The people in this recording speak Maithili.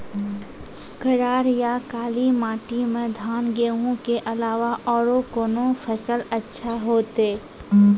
करार या काली माटी म धान, गेहूँ के अलावा औरो कोन फसल अचछा होतै?